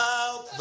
out